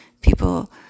people